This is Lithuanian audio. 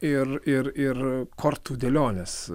ir ir ir kortų dėliones